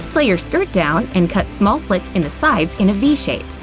lay your skirt down and cut small slits in the sides in a v shape.